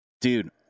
dude